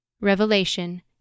Revelation